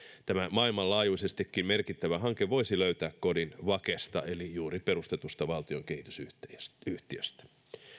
tämä maailmanlaajuisestikin merkittävä hanke voisi löytää kodin vakesta eli juuri perustetusta valtion kehitysyhtiöstä